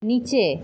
নিচে